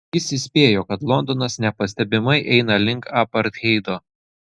jis įspėjo kad londonas nepastebimai eina link apartheido